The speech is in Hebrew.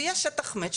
ויהיה שטח מת,